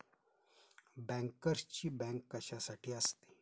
बँकर्सची बँक कशासाठी असते?